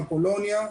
אפולוניה,